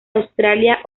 australia